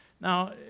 Now